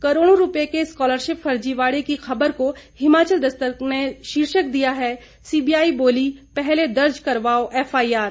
करोड़ों रूपए के स्कॉलरशिप फर्जीवाड़े की खबर को हिमाचल दस्तक ने शीर्षक दिया है सीबीआई बोली पहले दर्ज करवाओ एफआईआर